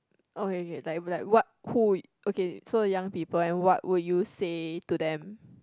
oh K K like be like what who it okay so young people and what would you say to them